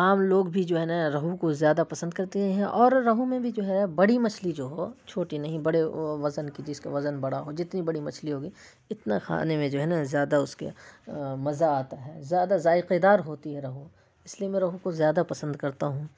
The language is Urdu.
عام لوگ بھی جو ہیں نا روہو کو زیادہ پسند کرتے ہیں اور روہو میں بھی جو ہے بڑی مچھلی جو ہو چھوٹی نہیں بڑے وزن کی جس کا وزن بڑا ہو جتنی بڑی مچھلی ہوگی اتنا کھانے میں جو ہے نا زیادہ اس کا مزہ آتا ہے زیادہ ذائقے دار ہوتی ہے روہو اس لیے میں روہو کو زیادہ پسند کرتا ہوں